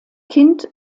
kind